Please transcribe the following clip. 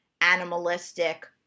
animalistic